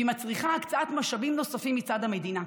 והיא מצריכה הקצאת משאבים נוספים מצד המדינה,